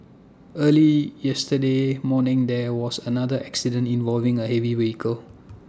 early yesterday morning there was another accident involving A heavy vehicle